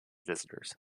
visitors